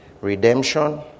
Redemption